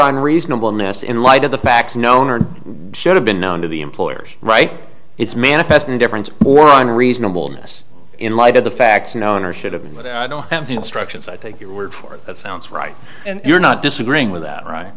unreasonable ness in light of the facts known or should have been known to the employer's right it's manifest indifference or on reasonable ness in light of the facts known or should have been but i don't have the instructions i take your word for it that sounds right and you're not disagreeing with that right